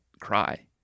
cry